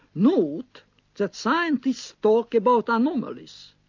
note that scientists talk about anomalies,